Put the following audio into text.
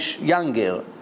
younger